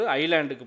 island